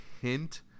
hint